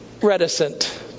reticent